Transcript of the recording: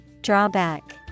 Drawback